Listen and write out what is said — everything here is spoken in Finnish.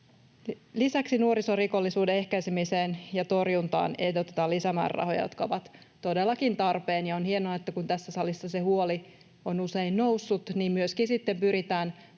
Lisäksi nuorisorikollisuuden ehkäisemiseen ja torjuntaan ehdotetaan lisämäärärahoja, jotka ovat todellakin tarpeen. Ja on hienoa, että kun tässä salissa se huoli on usein noussut, niin myöskin sitten